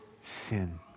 sin